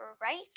right